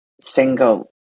single